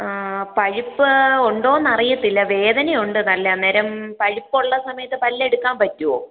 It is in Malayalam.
ആ പഴുപ്പ് ഉണ്ടോന്ന് അറിയത്തില്ല വേദനയുണ്ട് നല്ല അന്നേരം പഴുപ്പുള്ള സമയത്ത് പല്ലെടുക്കാൻ പറ്റോ